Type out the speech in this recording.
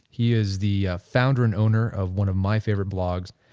he is the founder and owner of one of my favorite blogs,